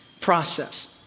process